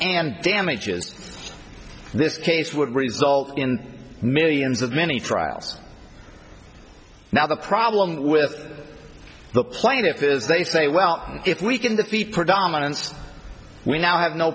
and damages this case would result in millions of many trials now the problem with the plaintiffs is they say well if we can that the predominance we now have no